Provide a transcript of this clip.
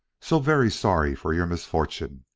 so very sorry for your misfortune.